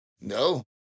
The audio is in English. No